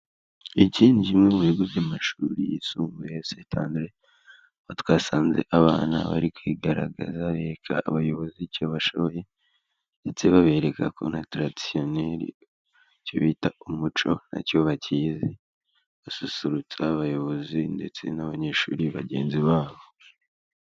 iki ni kimwe mu bigo by'amashuri yisumbuye; setandere. Aho twasanze abana bari kwigaragaza bereka abayobozi icyo bashoboye, ndetse babereka ko na taradisiyoneri; icyo bita umuco nacyo bakizi, basusurutsa abayobozi ndetse n'abanyeshuri bagenzi babo.